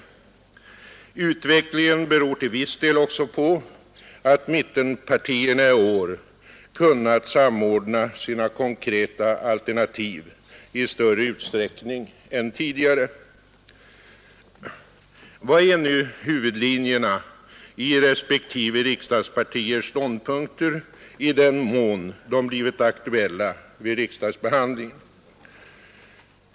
Utvecklingen beror till viss del också på att mittenpartierna i år kunnat samordna sina konkreta alternativ i större utsträckning än tidigare. Vad är nu huvudlinjerna i respektive riksdagspartiers ståndpunkter, i den mån de blivit aktuella vid riksdagsbehandlingen?